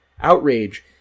outrage